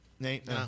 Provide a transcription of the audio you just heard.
Nate